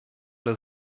der